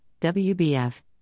WBF